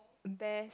best